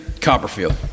Copperfield